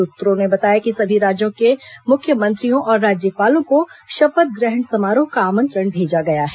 सुत्रों ने बताया कि सभी राज्यों के मुख्यमंत्रियों और राज्यपालों को शपथ ग्रहण समारोह का आमंत्रण भेजा गया है